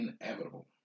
inevitable